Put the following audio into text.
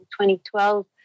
2012